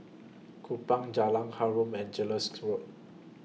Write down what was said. Kupang Jalan Harum and Road